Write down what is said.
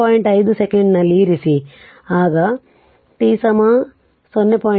5 ಸೆಕೆಂಡ್ನಲ್ಲಿ ಇರಿಸಿ ಆದ್ದರಿಂದ t 0